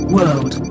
World